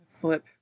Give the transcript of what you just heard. flip